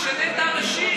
משנה את האנשים.